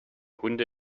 hunde